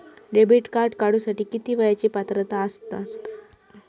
Debit card काढूसाठी किती वयाची पात्रता असतात?